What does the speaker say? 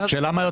וחלילה לא